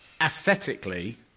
aesthetically